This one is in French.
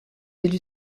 élu